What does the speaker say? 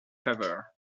favor